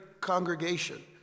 congregation